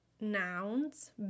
nouns